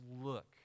look